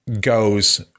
goes